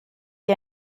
die